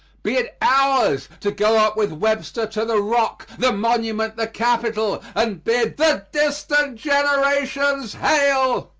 be it ours to go up with webster to the rock, the monument, the capitol, and bid the distant generations hail!